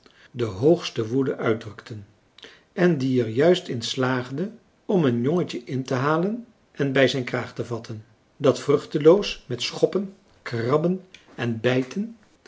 de hoogste woede uitdrukten en die er juist in slaagde om een jongentje in te halen en bij zijn kraag te vatten dat vruchteloos met schoppen krabben en bijten